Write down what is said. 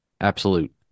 absolute